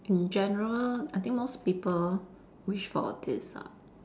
in general I think most people wish for this ah